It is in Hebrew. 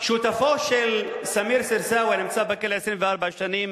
שותפו של סמיר סרסאווי הנמצא בכלא 24 שנים